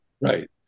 Right